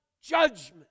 judgment